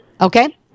Okay